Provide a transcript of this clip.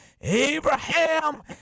Abraham